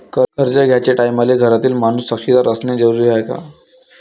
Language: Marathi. कर्ज घ्याचे टायमाले मले घरातील माणूस साक्षीदार असणे जरुरी हाय का?